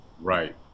Right